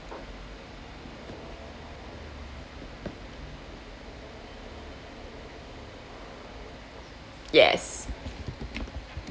yes